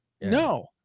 No